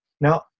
Now